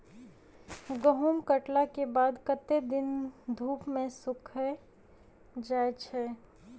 गहूम कटला केँ बाद कत्ते दिन धूप मे सूखैल जाय छै?